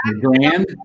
grand